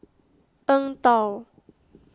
Eng Tow